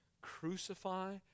Crucify